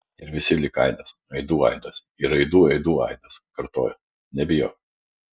ir visi lyg aidas aidų aidas ir aidų aidų aidas kartojo nebijok